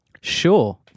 Sure